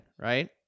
right